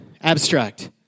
Abstract